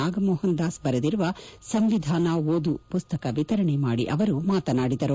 ನಾಗಮೋಹನ್ ದಾಸ್ ಬರೆದಿರುವ ಸಂವಿಧಾನ ಓದು ಪುಸ್ತಕ ವಿತರಣೆ ಮಾಡಿ ಅವರು ಮಾತನಾಡಿದರು